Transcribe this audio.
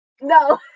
no